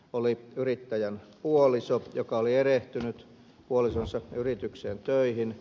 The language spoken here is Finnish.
oli yrittäjän puoliso joka oli erehtynyt puolisonsa yritykseen töihin